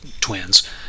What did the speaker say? twins